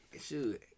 Shoot